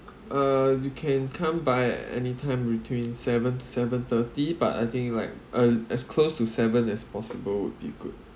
uh you can come by anytime between seven to seven thirty but I think like uh as close to seven as possible would be good